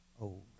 Old